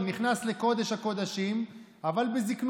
אני מוחה על כך שברשימת הדוברים השר מוזכר